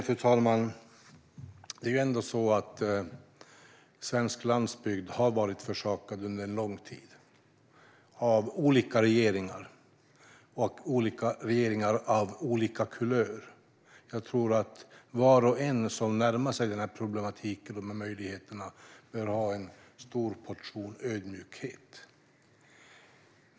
Fru talman! Svensk landsbygd har varit försummad under lång tid av olika regeringar av olika kulörer. Var och en som närmar sig denna problematik och dessa möjligheter bör därför ha en stor portion ödmjukhet.